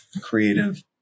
creative